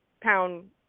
pound